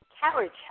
carriage